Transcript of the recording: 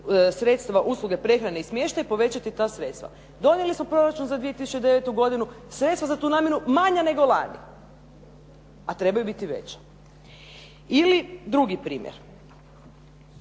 sredstva usluge prehrane i smještaja povećati ta sredstva. Donijeli smo proračun za 2009. godinu, sredstva za tu namjenu manja nego lani. A trebaju biti veća. Ili drugi primjer